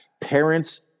Parents